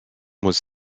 was